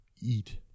eat